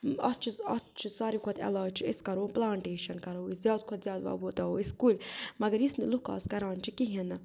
اَتھ چھُ اَتھ چھُ سارِوٕیو کھۄتہٕ علاج چھُ أسۍ کَرو پٔلانٹیشَن کَرو أسۍ زیادٕ کھۄتہٕ زیادٕ وۄپداوو أسۍ کُلۍ مَگر یُس نہٕ لُکھ اَز کَران چھِ کِہیٖنٛۍ نہٕ